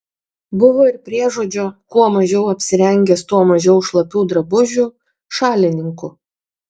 buvo ir priežodžio kuo mažiau apsirengęs tuo mažiau šlapių drabužių šalininkų